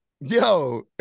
Yo